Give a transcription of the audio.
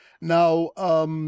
Now